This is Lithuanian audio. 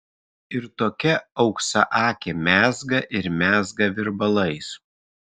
ir tokia auksaakė mezga ir mezga virbalais